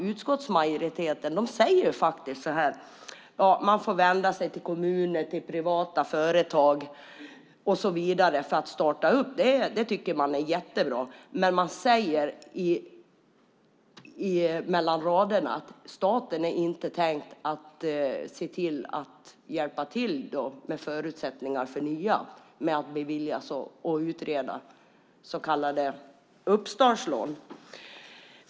Utskottsmajoriteten säger då att man får vända sig till kommuner, privata företag och så vidare för att starta upp. Det tycker man är jättebra. Men mellan raderna säger man att staten inte är tänkt att hjälpa till med förutsättningar för nya sparbanker genom att bevilja och utreda så kallade uppstartslån.